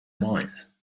mind